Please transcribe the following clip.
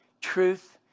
truth